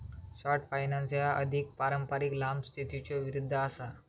short finance ह्या अधिक पारंपारिक लांब स्थितीच्यो विरुद्ध असा